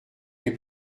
les